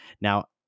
Now